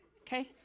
okay